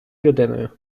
людиною